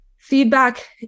feedback